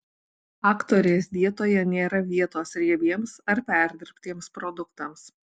aktorės dietoje nėra vietos riebiems ar perdirbtiems produktams